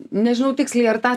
nežinau tiksliai ar tą